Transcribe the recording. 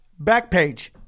Backpage